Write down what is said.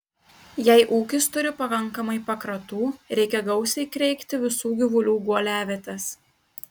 jei ūkis turi pakankamai pakratų reikia gausiai kreikti visų gyvulių guoliavietes